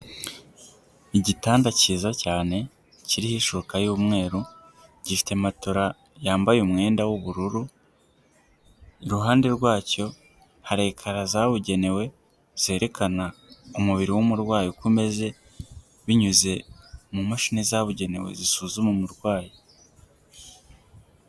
Igitanda cyiza cyane, kiriho ishuka y'umweru, gifite matora yambaye umwenda w'ubururu, iruhande rwacyo hari ekana zabugenewe, zerekana umubiri w'umurwayi uko umeze, binyuze mu mashini zabugenewe zisuzuma umurwayi.